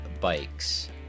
bikes